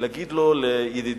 להגיד לו לידידי,